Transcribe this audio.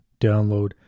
download